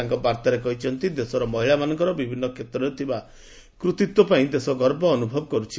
ତାଙ୍କ ବାର୍ତ୍ତାରେ ସେ କହିଛନ୍ତି ଦେଶର ମହିଳାମାନଙ୍କର ବିଭିନ୍ନ କ୍ଷେତ୍ରରେ ଥିବା କୃତୀତ୍ୱ ପାଇଁ ଦେଶ ଗର୍ବ ଅନୁଭବ କରେ